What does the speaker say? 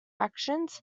actions